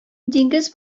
диңгез